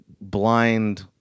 blind